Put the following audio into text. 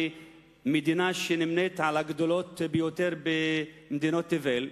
במדינה שנמנית עם הגדולות במדינות תבל,